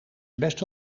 best